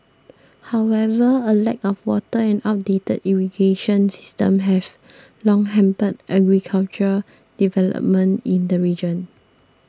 however a lack of water and outdated irrigation systems have long hampered agricultural development in the region